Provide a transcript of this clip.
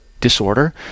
disorder